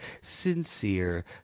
sincere